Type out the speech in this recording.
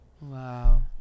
Wow